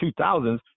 2000s